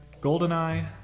Goldeneye